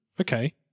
Okay